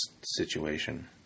situation